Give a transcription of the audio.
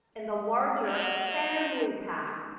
in the larger family pack,